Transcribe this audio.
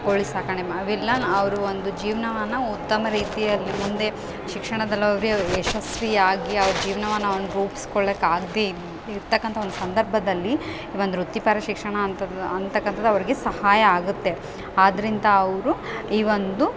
ಕೋಳಿ ಸಾಕಣೆ ಮಾ ಅವೆಲ್ಲ ಅವರು ಒಂದು ಜೀವನವನ್ನ ಉತ್ತಮ ರೀತಿಯಲ್ಲಿ ಮುಂದೆ ಶಿಕ್ಷಣದಲ್ಲಿ ಅವರು ಯಶಸ್ವಿ ಆಗಿ ಅವ್ರ ಜೀವನವನ್ನ ಅವ್ರು ರೂಪ್ಸ್ಕೊಳ್ಳಕ್ಕೆ ಆಗದೆ ಇದ್ದ ಇರತಕ್ಕಂಥ ಒಂದು ಸಂದರ್ಭದಲ್ಲಿ ಒಂದು ವೃತ್ತಿಪರ ಶಿಕ್ಷಣ ಅಂತ ಅಂತಕ್ಕಂಥದ್ದು ಅವ್ರಿಗೆ ಸಹಾಯ ಆಗುತ್ತೆ ಆದ್ದರಿಂದ ಅವರು ಈ ಒಂದು